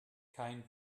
kein